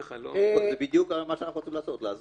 זה בדיוק מה שאנחנו רוצים לעשות, לאזן.